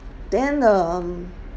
then um